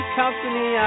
company